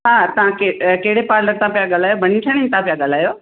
हा तव्हां के कहिड़े पार्लर ता पिया ॻाल्हायो बणी ठणी था पिया ॻाल्हायो